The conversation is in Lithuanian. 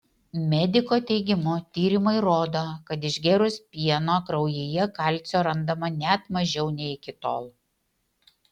mediko teigimu tyrimai rodo kad išgėrus pieno kraujyje kalcio randama net mažiau nei iki tol